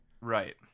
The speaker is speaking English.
Right